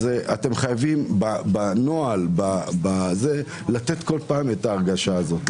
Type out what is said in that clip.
אתם חייבים בנוהל לתת בכל פעם את ההרגשה הזאת.